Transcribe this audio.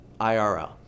IRL